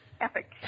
epic